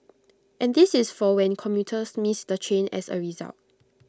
and this is for when commuters miss the train as A result